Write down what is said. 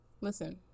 Listen